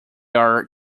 are